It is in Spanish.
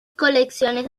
colecciones